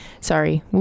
Sorry